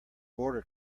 border